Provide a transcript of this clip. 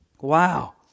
Wow